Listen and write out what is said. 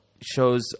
shows